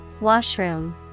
Washroom